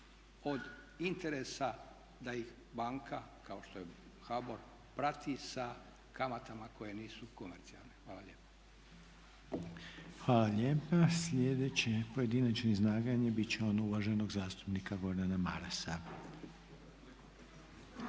od interesa da ih banka kao što je HBOR prati sa kamatama koje nisu komercijalne. Hvala lijepa. **Reiner, Željko (HDZ)** Hvala lijepa. Slijedeće pojedinačno izlaganje bit će ono uvaženog zastupnika Gordana Marasa.